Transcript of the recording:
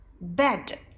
Bed